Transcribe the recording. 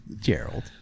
Gerald